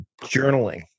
Journaling